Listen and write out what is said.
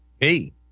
Hey